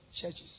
churches